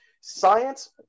science